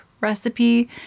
recipe